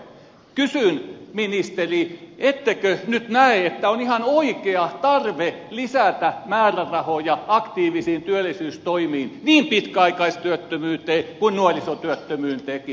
ettekö nyt näe että on ihan oikea tarve lisätä määrärahoja aktiivisiin työllisyystoimiin niin pitkäaikaistyöttömyyteen kuin nuorisotyöttömyyteenkin